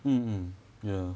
mm mm ya